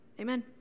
Amen